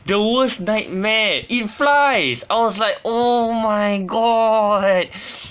the worst nightmare it flies I was like oh my god